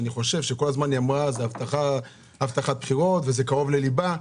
היא כל הזמן אמרה שזה הבטחת בחירות וזה קרוב לליבה.